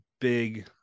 big